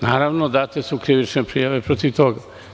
Naravno, date su krivične prijave protiv toga.